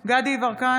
דסטה גדי יברקן,